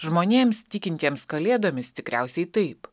žmonėms tikintiems kalėdomis tikriausiai taip